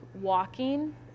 walking